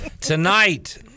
Tonight